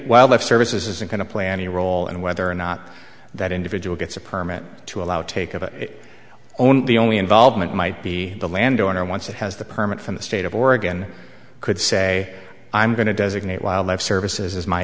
wildlife services isn't going to play any role in whether or not that individual gets a permit to allow take of it only the only involvement might be the land owner once it has the permit from the state of oregon could say i'm going to designate wildlife services as my